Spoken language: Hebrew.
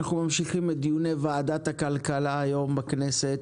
אנחנו ממשיכים את דיוני ועדת הכלכלה היום בכנסת.